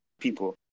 people